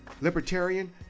libertarian